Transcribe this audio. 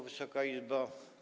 Wysoka Izbo!